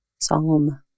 Psalm